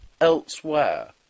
elsewhere